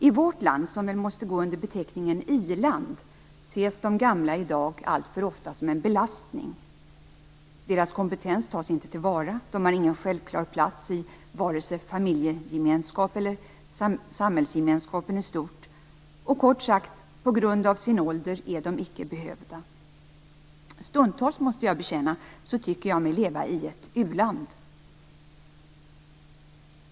I vårt land, som väl måste gå under beteckningen i-land, ses de gamla i dag alltför ofta som en belastning. Deras kompetens tas inte till vara. De har ingen självklar plats i vare sig familjegemenskapen eller samhällsgemenskapen i stort. Kort sagt: På grund av sin ålder är de icke behövda. Jag måste bekänna att jag stundtals tycker mig leva i ett u-land.